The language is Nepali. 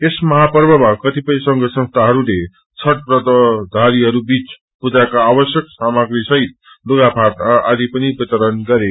यस महापर्वमा कतिपय संघ संस्थाहरूले छठ व्रतीहरूबीच पूजाका आवश्यक सामाग्री सहित लुगाफाटा आदि पनि वितरण गरे